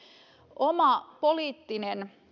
oman poliittisen